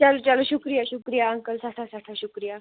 چلو چلو شُکرِیہ شُکرِیہ اَنکٕل سٮ۪ٹھاہ سٮ۪ٹھاہ شُکریہ